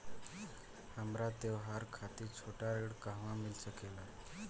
हमरा त्योहार खातिर छोटा ऋण कहवा मिल सकेला?